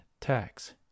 tax